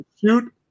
shoot